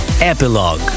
Epilogue